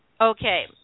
Okay